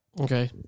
Okay